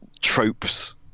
tropes